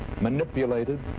manipulated